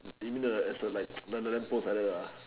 you mean the just in like the lamppost like that